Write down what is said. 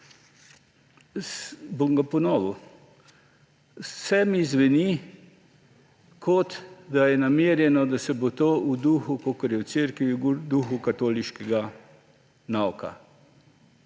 bom ponovil, vse mi zveni, kot da je namerjeno, da bo to v duhu, tako kot je v Cerkvi, v duhu katoliškega nauka.